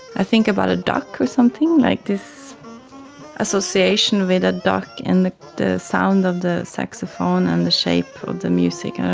i think about a duck or something, like this association with a duck and the the sound of the saxophone and the shape of the music,